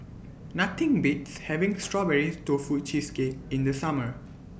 Nothing Beats having Strawberry Tofu Cheesecake in The Summer